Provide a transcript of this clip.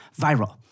viral